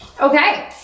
Okay